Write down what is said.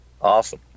Awesome